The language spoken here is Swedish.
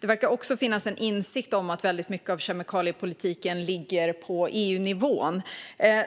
Det verkar också finnas en insikt om att väldigt mycket av kemikaliepolitiken ligger på EU-nivån.